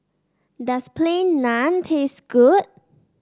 does Plain Naan taste good